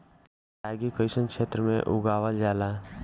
रागी कइसन क्षेत्र में उगावल जला?